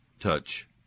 touch